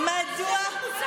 לא נותנים לה.